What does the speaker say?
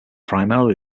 primarily